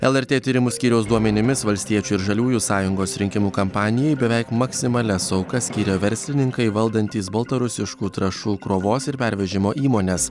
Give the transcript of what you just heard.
lrt tyrimų skyriaus duomenimis valstiečių ir žaliųjų sąjungos rinkimų kampanijai beveik maksimalias aukas skyrė verslininkai valdantys baltarusiškų trąšų krovos ir pervežimo įmones